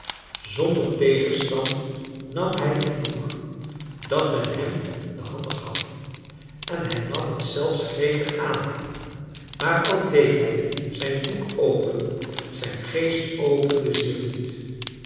zonder tegenstand nam hij het boek dat men hem in de handen gaf en hij nam het zelfs gretig aan maar al deed hij zijn boek open zijn geest opende zich niet